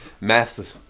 massive